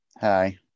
Hi